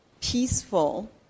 peaceful